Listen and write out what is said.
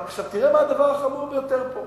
תראה מה הדבר החמור ביותר פה